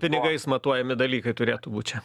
pinigais matuojami dalykai turėtų būt čia